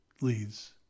leads